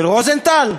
של רוזנטל?